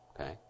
Okay